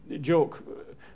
joke